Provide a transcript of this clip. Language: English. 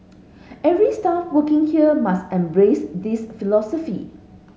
every staff working here must embrace this philosophy